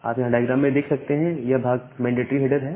आप यहां डायग्राम में देख सकते हैं यह भाग मेंडेटरी हेडर है